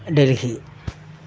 Delhi